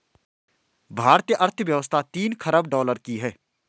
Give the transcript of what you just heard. भारतीय अर्थव्यवस्था तीन ख़रब डॉलर की है